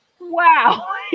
wow